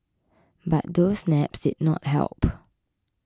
but those naps did not help